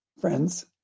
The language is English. friends